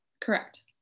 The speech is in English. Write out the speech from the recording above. Correct